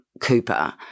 Cooper